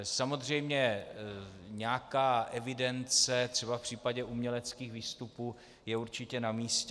Samozřejmě nějaká evidence třeba v případě uměleckých výstupů je určitě namístě.